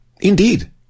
Indeed